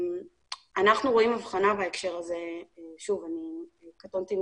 בהקשר הזה אנחנו רואים הבחנה שוב,